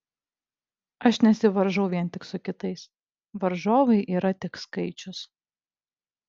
aš nesivaržau vien tik su kitais varžovai yra tik skaičius